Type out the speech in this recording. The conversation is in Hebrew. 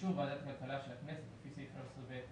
ובאישור ועדת הכלכלה של הכנסת לפי סעיף 13(ב)